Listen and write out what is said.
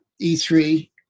e3